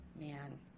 man